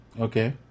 Okay